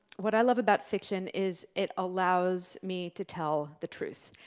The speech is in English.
what i love about fiction is it allows me to tell the truth,